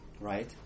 Right